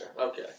Okay